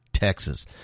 Texas